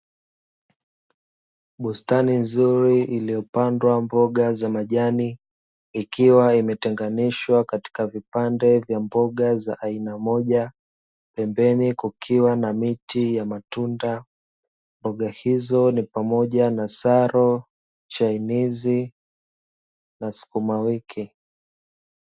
Bustani nzuri iliyopandwa mboga za majani, ikiwa imetenganishwa katika vipande vya mboga za aina moja, pembeni kukiwa na miti ya matunda. Mboga hizo ni pamoja na saro, chainizi na sukumawiki.